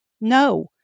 no